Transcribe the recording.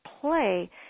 play